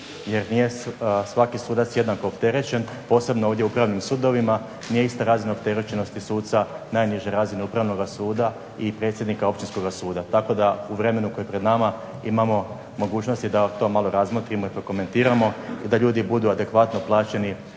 jer nije svaki sudac jednako opterećen, posebno ovdje u upravnim sudovima, nije ista razina opterećenosti suca najniže razine upravnoga suda i predsjednika općinskoga suda, tako da u vremenu koje je pred nama imamo mogućnosti da to malo razmotrimo i prokomentiramo, i da ljudi budu adekvatno plaćeni